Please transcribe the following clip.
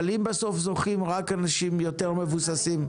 אבל אם בסוף זוכים רק אנשים יותר מבוססים.